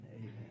amen